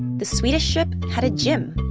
the swedish ship had a gym